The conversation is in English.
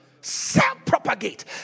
self-propagate